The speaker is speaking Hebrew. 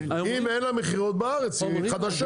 זה בתנאי שאין לה מכירות בארץ, היא חדשה.